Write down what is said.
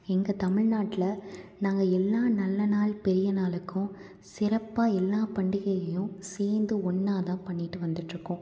எங்கள் தமிழ்நாட்டில நாங்கள் எல்லாம் நல்ல நாள் பெரிய நாளுக்கும் சிறப்பாக எல்லா பண்டிகையையும் சேர்ந்து ஒன்றாதான் பண்ணிகிட்டு வந்துகிட்ருக்கோம்